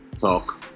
talk